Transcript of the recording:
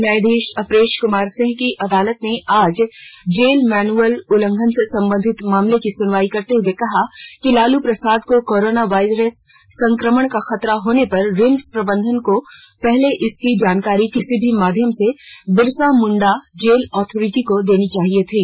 न्यायाधीश अपरेश कुमार सिंह की अदालत ने आज जेल मैनुअल उल्लंघन से संबंधित मामले की सुनवाई करते हुए कहा कि लालू प्रसाद को कोरोना वायरस संक्रमण का खतरा होने पर रिम्स प्रबंधन को पहले इसकी जानकारी किसी भी माध्यम से बिरसा मुंडा जेल अथॉरिटी को देनी चाहिए थी